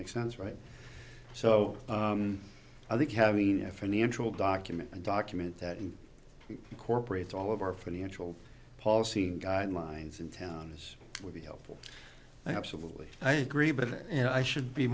make sounds right so i think having a financial document and document that in incorporates all of our financial policy guidelines in town this would be helpful i absolutely agree but you know i should be